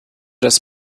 das